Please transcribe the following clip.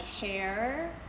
care